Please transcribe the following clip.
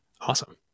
awesome